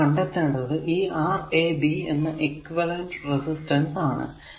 നമുക്ക് കണ്ടെത്തേണ്ടത് ഈ Rab എന്ന ഇക്വിവലെന്റ് റെസിസ്റ്റൻസ് ആണ്